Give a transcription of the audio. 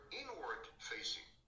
inward-facing